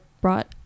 brought